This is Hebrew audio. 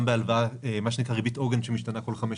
גם הלוואה בריבית עוגן שמשתנה כל חמש שנים,